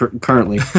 currently